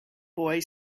boy